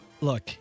Look